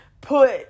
put